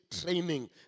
training